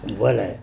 ବୋଲେ